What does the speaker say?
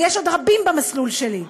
ויש עוד רבים במסלול שלי,